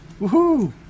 Woohoo